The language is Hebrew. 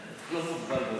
לא מוגבל בזמן.